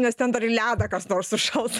nes ten dar į ledą kas nors sušals